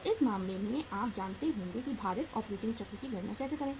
तो इस मामले में आप जानते होंगे कि भारित ऑपरेटिंग चक्र की गणना कैसे करें